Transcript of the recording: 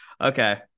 Okay